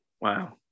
wow